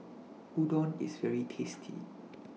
Udon IS very tasty